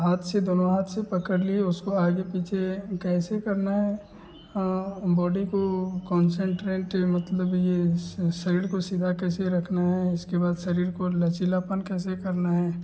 हाथ से दोनों हाथ से पकड़ लिए उसको आगे पीछे कैसे करना है बॉडी को कोसेन्ट्रेंट मतलब यह जैसे शरीर को सीधा कैसे रखना है इसके बाद शरीर का लचीलापन कैसे करना है